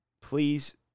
Please